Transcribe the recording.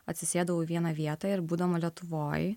atsisėdau į vieną vietą ir būdama lietuvoj